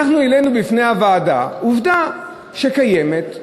אנחנו העלינו בפני הוועדה עובדה שקיימת.